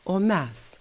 o mes